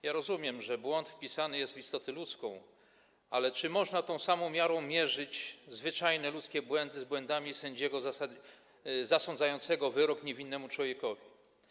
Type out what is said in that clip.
Ja rozumiem, że błąd wpisany jest w istotę ludzką, ale czy można tą samą miarą mierzyć zwyczajne ludzkie błędy i błędy sędziego zasądzającego wyrok wobec niewinnego człowieka?